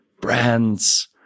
brands